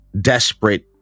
desperate